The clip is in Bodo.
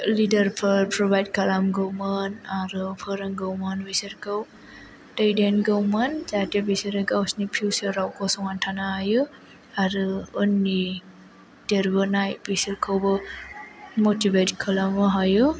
लिडारफोर प्रभाइड खालामगौमोन आरो फोरोंगौमोन बिसोरखौ दैदेनगौमोन जाहाथे बिसोरो गावसिनि फिउसाराव गसंनानै थानो हायो आरो उननि देरबोनाय बिसोरखौबो मटिभेट खालामनो हायो